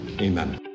Amen